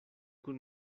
kun